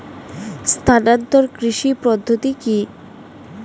স্থানান্তর কৃষি পদ্ধতি কি?